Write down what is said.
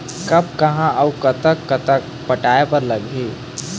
कब कब अऊ कतक कतक पटाए बर लगही